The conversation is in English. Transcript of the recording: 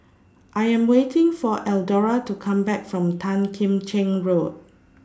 I Am waiting For Eldora to Come Back from Tan Kim Cheng Road